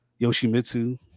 Yoshimitsu